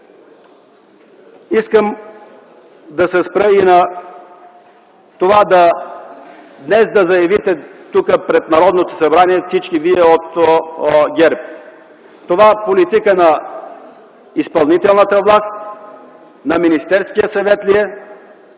искам да се спра и на това днес да заявите тук, пред Народното събрание, всички вие от ГЕРБ това политика на изпълнителната власт, на Министерския съвет ли е?